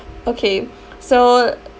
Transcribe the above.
okay so